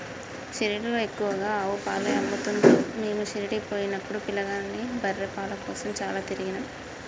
షిరిడీలో ఎక్కువగా ఆవు పాలే అమ్ముతున్లు మీము షిరిడీ పోయినపుడు పిలగాని బర్రె పాల కోసం చాల తిరిగినం